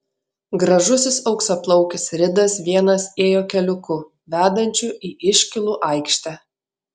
gražusis auksaplaukis ridas vienas ėjo keliuku vedančiu į iškylų aikštę